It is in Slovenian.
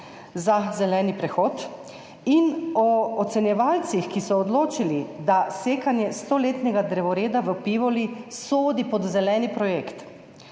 za zeleni prehod in o ocenjevalcih, ki so odločili, da sekanje stoletnega drevoreda v Pivoli sodi pod zeleni projekt?